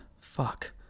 Fuck